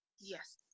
Yes